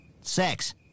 sex